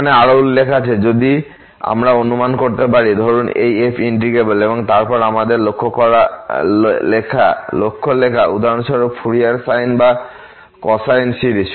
এখানে আরও উল্লেখ আছে যদি আমরা অনুমান করতে পারি ধরুন এই f ইন্টিগ্রেবল এবং তারপর আমাদের লক্ষ্য লেখা উদাহরণস্বরূপ ফুরিয়ার সাইন বা কোসাইন সিরিজ